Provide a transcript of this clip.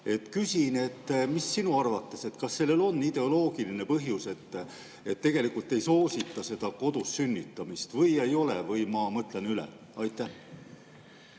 Küsin: kas sinu arvates sellel on ideoloogiline põhjus, kuna tegelikult ei soosita seda kodus sünnitamist, või ei ole? Kas ma mõtlen üle? Aitäh,